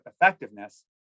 effectiveness